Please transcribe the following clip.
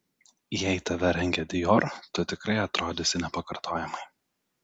jei tave rengia dior tu tikrai atrodysi nepakartojamai